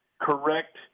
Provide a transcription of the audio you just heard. correct